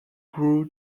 grew